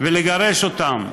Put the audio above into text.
ולגרש אותם.